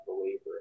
believer